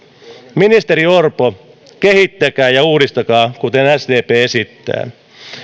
ministeri orpo kehittäkää ja uudistakaa kuten sdp esittää